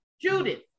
Judith